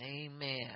Amen